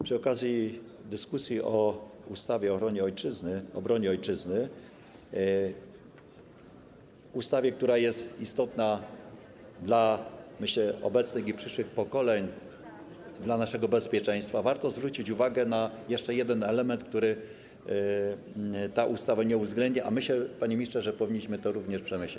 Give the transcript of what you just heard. Przy okazji dyskusji o ustawie o obronie Ojczyzny, ustawie, która jest istotna dla, myślę, obecnych i przyszłych pokoleń, dla naszego bezpieczeństwa, warto zwrócić uwagę na jeszcze jeden element, którego ta ustawa nie uwzględnia, a myślę, panie ministrze, że powinniśmy to również przemyśleć.